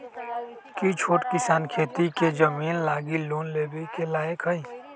कि छोट किसान खेती के जमीन लागी लोन लेवे के लायक हई?